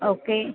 okay